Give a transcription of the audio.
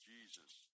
Jesus